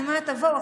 אני אומרת: תבואו,